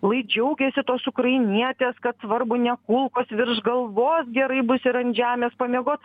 lai džiaugiasi tos ukrainietės kad svarbu ne kulkos virš galvos gerai bus ir ant žemės pamiegot